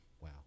Wow